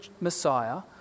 Messiah